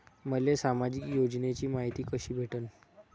मले सामाजिक योजनेची मायती कशी भेटन?